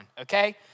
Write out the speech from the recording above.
okay